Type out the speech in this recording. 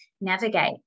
navigate